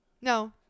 no